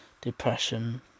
depression